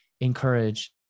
encourage